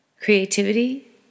creativity